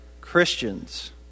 Christians